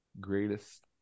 greatest